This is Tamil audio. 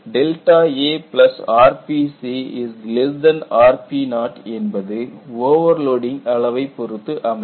Δa rpc rpo என்பது ஓவர்லோடிங் அளவைப் பொறுத்து அமையும்